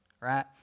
right